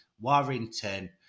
Warrington